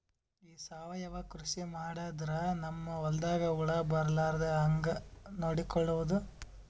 ಈ ಸಾವಯವ ಕೃಷಿ ಮಾಡದ್ರ ನಮ್ ಹೊಲ್ದಾಗ ಹುಳ ಬರಲಾರದ ಹಂಗ್ ನೋಡಿಕೊಳ್ಳುವುದ?